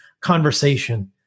conversation